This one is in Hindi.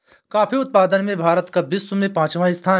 कॉफी उत्पादन में भारत का विश्व में पांचवा स्थान है